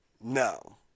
No